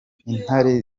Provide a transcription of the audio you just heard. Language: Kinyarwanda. intare